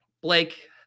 Blake